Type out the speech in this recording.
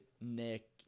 Nick